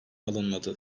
alınmadı